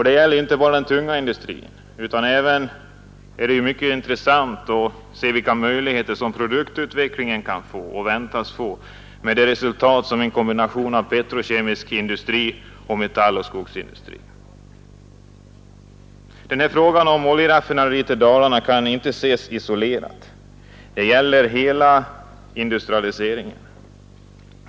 Det gäller ju inte bara den Torsdagen den tunga industrin, utan det är även mycket intressant att se vilka 9 mars 1972 möjligheter produktutvecklingen kan väntas ge till resultat med en ——— kombination av petrokemisk industri och metalloch skogsindustri. Oljeoch driv Den här frågan om lokalisering av ett oljeraffinaderi till Dalarna kan ”edelsförsörjningen inte ses isolerat. Det gäller hela industrialiseringen.